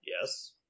Yes